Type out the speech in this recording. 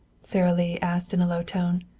sara lee asked in a low tone.